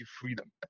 freedom